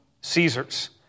Caesar's